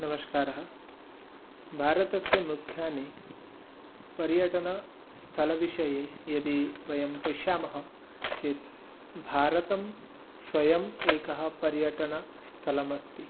नमस्कारः भारतस्य मुख्यानि पर्यटनस्थलविषये यदि वयं पश्यामः चेत् भारतं स्वयम् एकं पर्यटनस्थलमस्ति